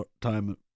time